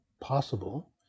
possible